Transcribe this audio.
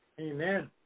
Amen